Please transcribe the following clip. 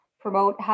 promote